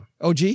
OG